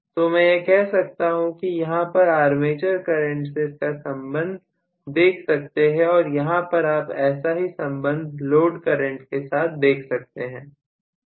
तो मैं यह कह सकता हूं कि यहां पर आर्मेचर करंट से इसका संबंध देख सकते हैं और यहां पर आप ऐसा ही संबंध लोड करंट के साथ लिख सकते हैं